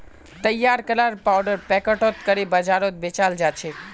तैयार कराल पाउडर पैकेटत करे बाजारत बेचाल जाछेक